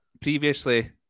previously